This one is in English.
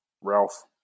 Ralph